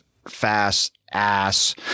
Fast-ass